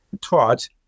taught